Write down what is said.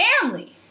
family